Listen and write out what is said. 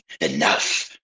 enough